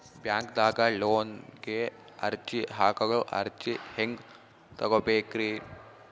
ಬ್ಯಾಂಕ್ದಾಗ ಲೋನ್ ಗೆ ಅರ್ಜಿ ಹಾಕಲು ಅರ್ಜಿ ಹೆಂಗ್ ತಗೊಬೇಕ್ರಿ?